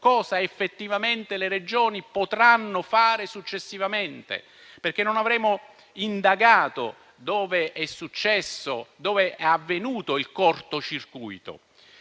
cosa effettivamente le Regioni potranno fare successivamente, perché non avremo indagato dove è avvenuto il corto circuito.